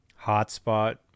Hotspot